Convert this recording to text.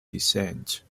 descent